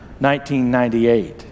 1998